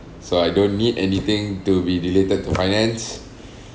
so I don't need anything to be related to finance